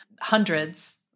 hundreds